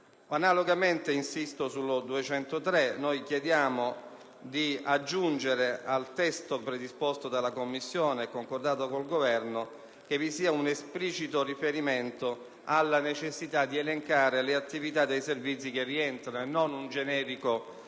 Analogamente, insisto sull'emendamento 41.203. Noi chiediamo di aggiungere al testo predisposto dalla Commissione e concordato con il Governo un esplicito riferimento alla necessità di elencare le attività di servizi che vi rientrano e non un generico riferimento